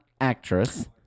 actress